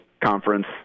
conference